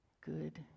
good